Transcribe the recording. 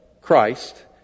Christ